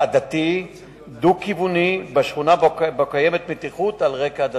עדתי דו-כיווני בשכונה שבה קיימת מתיחות על רקע עדתי.